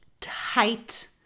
tight